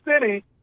City